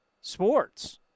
sports